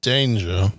Danger